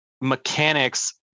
mechanics